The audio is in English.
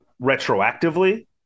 retroactively